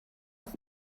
auf